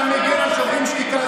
אתה מגן על שוברים שתיקה.